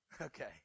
Okay